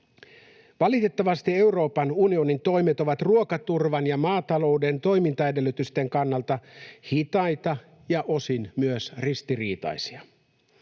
Valitettavasti Euroopan unionin toimet ovat ruokaturvan ja maatalouden toimintaedellytysten kannalta hitaita ja osin myös ristiriitaisia.